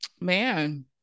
Man